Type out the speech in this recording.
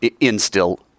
instill